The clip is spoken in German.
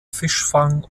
fischfang